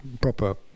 proper